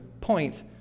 point